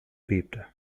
bebte